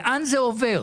לאן זה עובר?